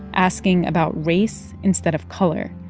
asking about race instead of color.